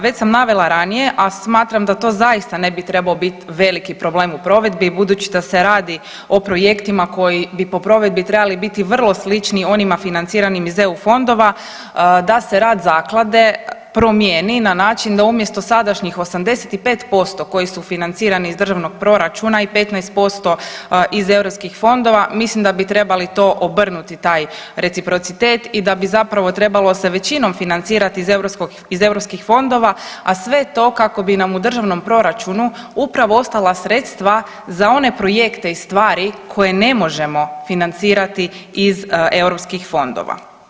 Već sam navela ranije, a smatram da to zaista ne bi trebao biti veliki problem u provedbi budući da se radi o projektima koji bi po provedbi trebali biti vrlo slični onima financiranim iz eu fondova da se rad zaklade promijeni na način da umjesto sadašnjih 85% koji su financirani iz državnog proračuna i 15% iz eu fondova mislim da bi trebali to obrnuti taj reciprocitet i da bi zapravo trebalo se većinom financirati iz eu fondova, a sve to kako bi nam u državnom proračunu upravo ostala sredstva za one projekte i stvari koje ne možemo financirati iz eu fondova.